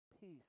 Peace